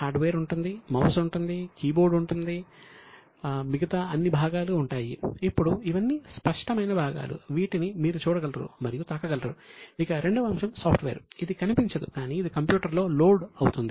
hardware ఇది కనిపించదు కానీ ఇది కంప్యూటర్లో లోడ్ అవుతుంది